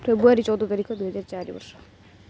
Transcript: ଫେବୃଆରୀ ଚଉଦ ତାରିଖ ଦୁଇହଜାର ଚାରି ବର୍ଷ